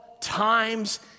times